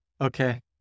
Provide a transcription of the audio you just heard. Okay